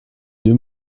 deux